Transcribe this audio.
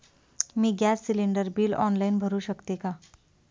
मी gas cylinder bill online भरु शकते का?